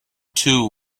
too